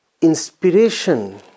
inspiration